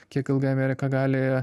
kiek ilgai amerika gali